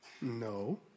No